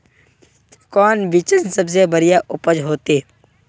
कौन बिचन सबसे बढ़िया उपज होते?